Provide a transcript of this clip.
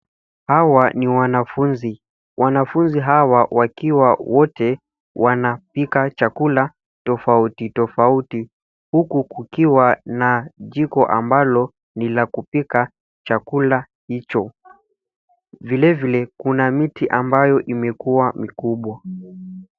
Hawa ni wanafunzi. Wanafunzi hawa wakiwa wote wanapika chakula tofauti tofauti huku kukiwa na jiko ambalo ni la kupika chakula hicho. Vile vile kuna miti ambayo imekuwa mikubwa.